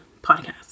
podcast